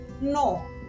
no